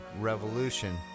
revolution